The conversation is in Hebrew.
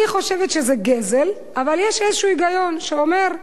אני חושבת שזה גזל, אבל יש איזה היגיון שאומר: